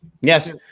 Yes